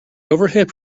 overhead